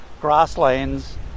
grasslands